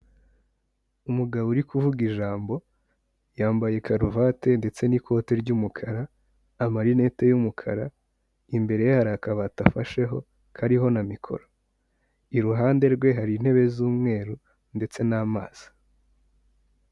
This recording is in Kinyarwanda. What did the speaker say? Umugabo uri kuvuga ijambo yambaye karuvate ndetse n'ikote ry'umukara, amarinete y'umukara, imbere ye hari akabati afasheho kariho na mikoro. Iruhande rwe hari intebe z'umweru ndetse n'amazi.